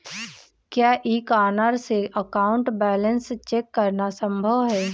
क्या e corner से account balance check करना संभव है?